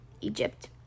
Egypt